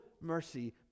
mercy